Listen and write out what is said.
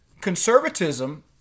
conservatism